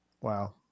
Wow